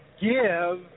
give